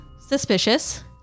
suspicious